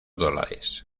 dólares